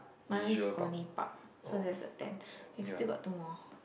my one's only park so that's the ten okay still got two more